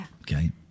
Okay